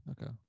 okay